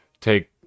take